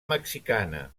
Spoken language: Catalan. mexicana